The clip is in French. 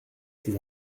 ces